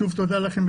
שוב תודה לכם,